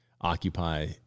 occupy